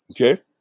Okay